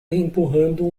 empurrando